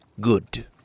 Good